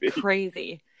crazy